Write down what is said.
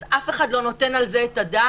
אז אף אחד לא נותן על זה את הדעת?